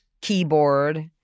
keyboard